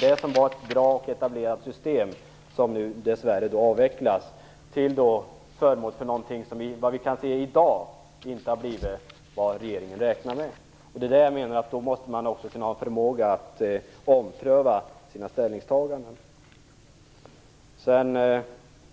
Det var ett bra och etablerat system, som nu dessvärre avvecklas till förmån för något som enligt vad vi kan se i dag inte har blivit vad regeringen räknar med. Jag menar att man då måste ha förmåga att ompröva sina ställningstaganden. Kristdemokraterna har väl vidare,